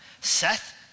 Seth